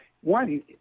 one